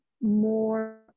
more